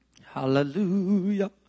Hallelujah